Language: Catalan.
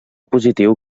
positiu